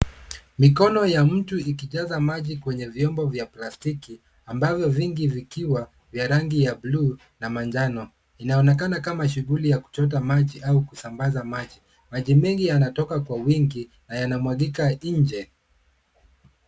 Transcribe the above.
Mikono ya mtu ikijaza maji kwenye vyombo vya plastiki, ambavyo vingi vikiwa vya rangi ya blue na manjano. Inaonekana kama shughuli ya kuchota maji au kusambaza maji. Maji mengi yanatoka kwa wingi, na yanamwagika nje.